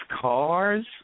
cars